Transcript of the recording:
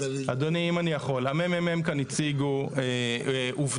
אדוני, אם אני יכול, ה-ממ"מ כאן הציגו עובדה.